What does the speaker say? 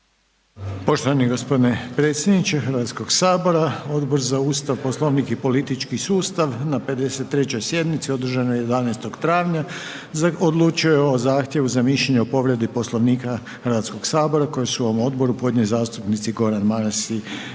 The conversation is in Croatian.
Poštovani gospodine predsjedniče Hrvatskog sabora, Odbor za Ustav, Poslovnik i politički sustav na 53. sjednici održanoj 11. travnja, odlučio je o zahtjevu za mišljenje o povredi Poslovnika Hrvatskog sabora koji su ovom odboru podnijeli zastupnici Goran Maras i Ranko